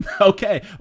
Okay